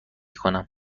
کنم